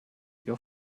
your